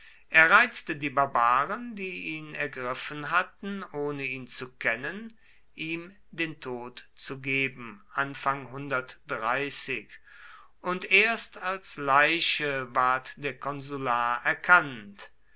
er reizte die barbaren die ihn ergriffen hatten ohne ihn zu kennen ihm den tod zu geben und erst als leiche ward der konsular erkannt